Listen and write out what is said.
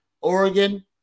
Oregon